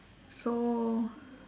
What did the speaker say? so